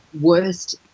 worst